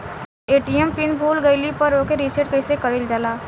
ATM pin भूल गईल पर ओके रीसेट कइसे कइल जाला?